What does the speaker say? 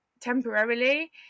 temporarily